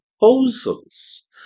proposals